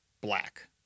black